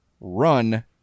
run